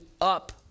up